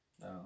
No